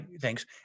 Thanks